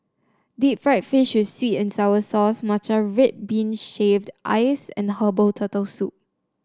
Deep Fried Fish with sweet and sour sauce Matcha Red Bean Shaved Ice and Herbal Turtle Soup